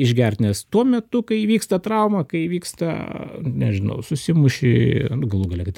išgerti nes tuo metu kai įvyksta trauma kai vyksta nežinau susimušei galų gale kad